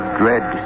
dread